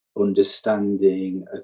understanding